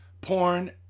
Porn